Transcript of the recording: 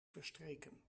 verstreken